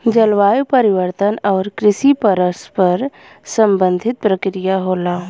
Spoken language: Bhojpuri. जलवायु परिवर्तन आउर कृषि परस्पर संबंधित प्रक्रिया होला